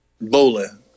Bowling